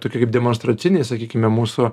tokie kaip demonstraciniai sakykime mūsų